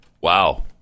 Wow